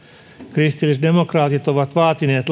kristillisdemokraatit ovat vaatineet